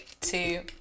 two